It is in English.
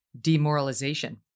demoralization